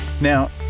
Now